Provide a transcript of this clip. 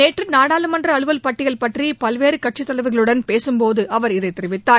நேற்று நாடாளுமன்ற அலுவல் பட்டியல் பற்றி பல்வேறு கட்சித் தலைவர்களுடன் பேசும் போது அவர் இதைத் தெரிவித்தார்